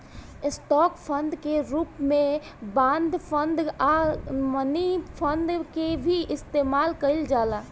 stock fund के रूप में बॉन्ड फंड आ मनी फंड के भी इस्तमाल कईल जाला